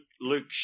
Luke